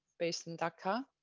based in dakar.